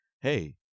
hey